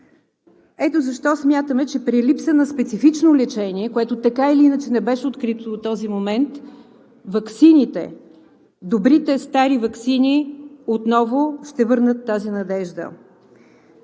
Ето защо смятаме, че при липса на специфично лечение, което така или иначе не беше открито до този момент, ваксините, добрите стари ваксини, отново ще върнат тази надежда.